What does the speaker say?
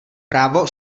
právo